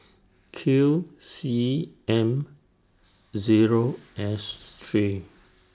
Q C M Zero S three